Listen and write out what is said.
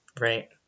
right